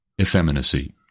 effeminacy